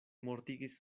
mortigis